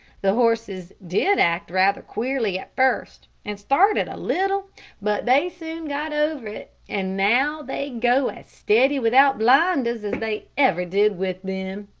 the horses did act rather queerly at first, and started a little but they soon got over it, and now they go as steady without blinders as they ever did with them.